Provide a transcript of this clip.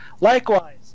likewise